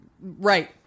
Right